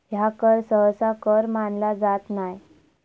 ह्या कर सहसा कर मानला जात नाय